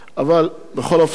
אני אציג את הנושא,